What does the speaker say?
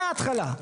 מההתחלה.